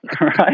right